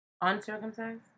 Uncircumcised